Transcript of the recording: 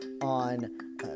on